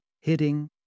hitting